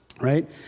right